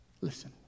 listen